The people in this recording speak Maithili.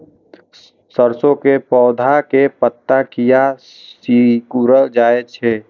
सरसों के पौधा के पत्ता किया सिकुड़ जाय छे?